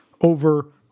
over